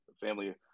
family